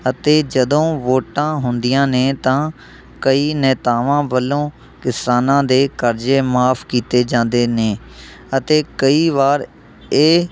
ਅਤੇ ਜਦੋਂ ਵੋਟਾਂ ਹੁੰਦੀਆਂ ਨੇ ਤਾਂ ਕਈ ਨੇਤਾਵਾਂ ਵੱਲੋਂ ਕਿਸਾਨਾਂ ਦੇ ਕਰਜ਼ੇ ਮਾਫ ਕੀਤੇ ਜਾਂਦੇ ਨੇ ਅਤੇ ਕਈ ਵਾਰ ਇਹ